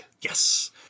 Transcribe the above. Yes